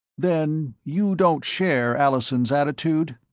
then you don't share allison's attitude?